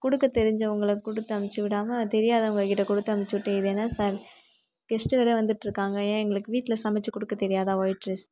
கொடுக்க தெரிஞ்சவங்களை கொடுத்து அமுச்சு விடாமல் தெரியாதவங்க கிட்ட கொடுத்து அமுச்சு விட்டு இது என்ன கெஸ்ட்டு வேறே வந்துட்டு இருக்காங்க ஏன் எங்களுக்கு வீட்டில் சமைச்சி கொடுக்க தெரியாதா ஒயிட் ரைஸ்